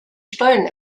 stollen